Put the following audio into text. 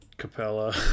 Capella